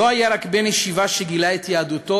לא היה רק בן ישיבה שגילה את יהדותו,